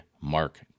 Mark